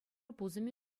пусӑмӗ